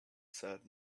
said